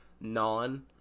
non